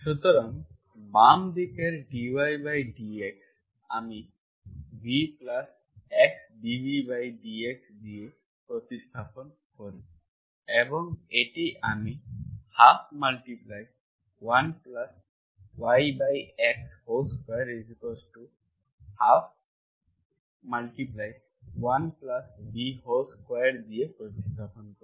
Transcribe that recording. সুতরাং বাম দিকের dYdX আমি vXdvdX দিয়ে প্রতিস্থাপন করি এবং এটি আমি 121YX2121v2 প্রতিস্থাপন করি